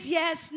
yes